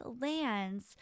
lands